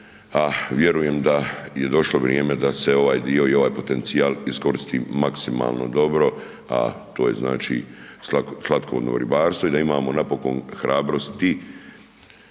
a vjerujem da je došlo vrijeme da se ovaj dio i ovaj potencijal iskoristi maksimalno dobro a to je znači slatkovodno ribarstvo i da imamo napokon hrabrosti